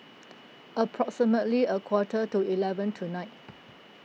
approximately a quarter to eleven tonight